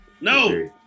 No